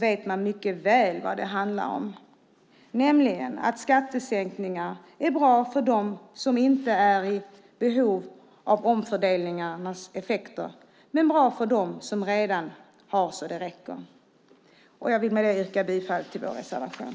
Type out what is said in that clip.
vet man mycket väl vad det handlar om, nämligen att skattesänkningar är bra för dem som inte är i behov av omfördelningarnas effekter och bra för dem som redan har så det räcker. Jag vill med detta yrka bifall till vår reservation.